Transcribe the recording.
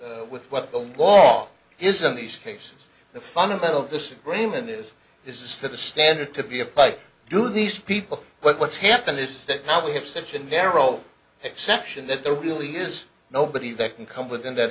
with with what the law isn't these cases the fundamental disagreement is this is that the standard to be a pike do these people but what's happened is that now we have such a narrow exception that there really is nobody that can come within that